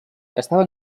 estava